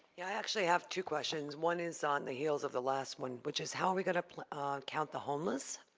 yeah, i actually have two questions. one is on the heels of the last one, which is how are we gonna count the homeless?